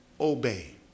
Obey